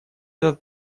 этот